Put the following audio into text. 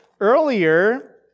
earlier